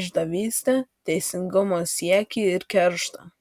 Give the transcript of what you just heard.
išdavystę teisingumo siekį ir kerštą